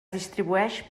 distribueix